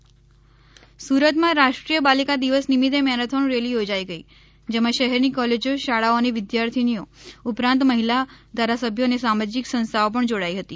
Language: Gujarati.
રાષ્ટ્રીય બાલિકા દિવસ સુરત સુરતમાં રાષ્ટ્રીય બાલિકા દિવસ નિમિત્ત મેરેથોન રેલી યોજાઇ ગઈ જેમાં શહેરની કોલેજો શાળાઓની વિદ્યાર્થીનીઓ ઉપ રાંત મહિલા ધારાસભ્યો અને સામાજિક સંસ્થાઓ ણ જોડાઈ હતી